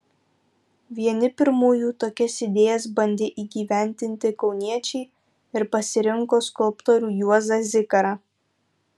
vieni pirmųjų tokias idėjas bandė įgyvendinti kauniečiai ir pasirinko skulptorių juozą zikarą